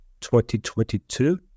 2022